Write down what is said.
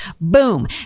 Boom